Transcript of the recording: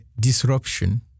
disruption